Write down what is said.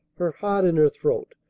her heart in her throat,